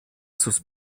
sus